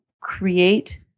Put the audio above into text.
create